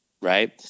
right